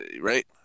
right